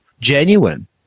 genuine